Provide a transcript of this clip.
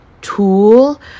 tool